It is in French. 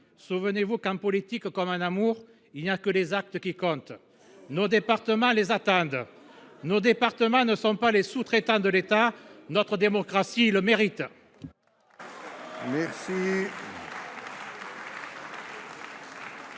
souvenez vous que, en politique comme en amour, il n’y a que les actes qui comptent ! Nos départements les attendent. Ils ne sont pas les sous traitants de l’État ! Notre démocratie le mérite.